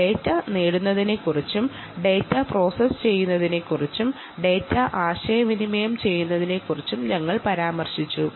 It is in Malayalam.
ഡാറ്റ ലഭിക്കുന്നതിനെക്കുറിച്ചും ഡാറ്റ പ്രോസസ് ചെയ്യുന്നതിനെക്കുറിച്ചും ഡാറ്റ ട്രാൻസ്മിറ്റ് ചെയ്യുന്നതിനെക്കുറിച്ചും ഞങ്ങൾ പറഞ്ഞിരുന്നു